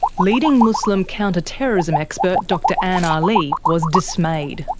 leading muslim counter-terrorism expert dr anne ah aly was dismayed.